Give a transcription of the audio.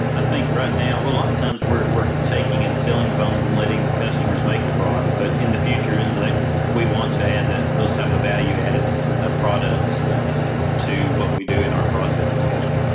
i think right now a lot of times we're taking and selling the bones and letting the customers make the broth. but in the future you know like we want to add those type of value added ah products ah to what we do in our processing schedule